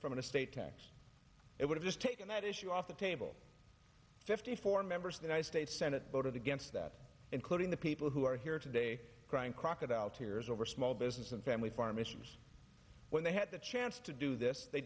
from an estate tax it would have just taken that issue off the table fifty four members of the ny state senate voted against that including the people who are here today crying crocodile tears over small business and family farm issues when they had the chance to do this they